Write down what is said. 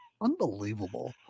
Unbelievable